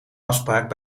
afspraak